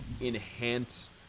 enhance